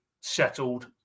settled